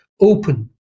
open